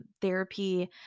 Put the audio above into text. therapy